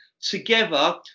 together